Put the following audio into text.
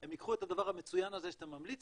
הם ייקחו את הדבר המצוין הזה שאתה ממליץ